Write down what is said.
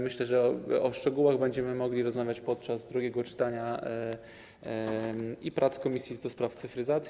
Myślę, że o szczegółach będziemy mogli rozmawiać podczas drugiego czytania i prac komisji do spraw cyfryzacji.